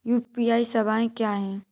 UPI सवायें क्या हैं?